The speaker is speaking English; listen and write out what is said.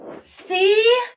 See